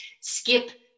skip